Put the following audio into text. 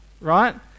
right